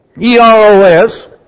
E-R-O-S